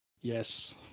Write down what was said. Yes